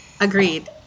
Agreed